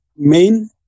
Main